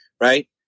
right